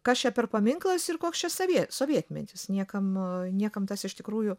kas čia per paminklas ir koks čia savie sovietmetis niekam niekam tas iš tikrųjų